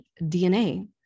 DNA